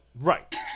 Right